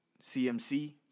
CMC